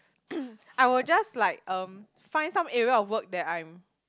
I would just like um find some area of work that I'm